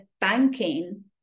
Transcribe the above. banking